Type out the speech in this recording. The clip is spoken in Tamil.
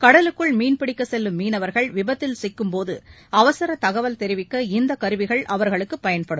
கடலுக்குள் மீன் பிடிக்க செல்லும் மீனவா்கள் விபத்தில் சிக்கும்போது அவசர தகவல் தெரிவிக்க இந்த கருவிகள் அவர்களுக்கு பயன்படும்